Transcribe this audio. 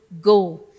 go